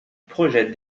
projet